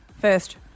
first